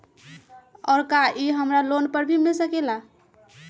और का इ हमरा लोन पर भी मिल सकेला?